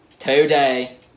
Today